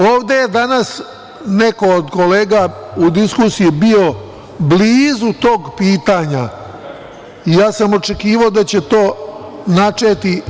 Ovde je danas neko od kolega u diskusiji bio blizu tog pitanja i ja sam očekivao da će to načeti.